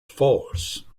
false